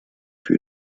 für